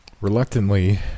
Reluctantly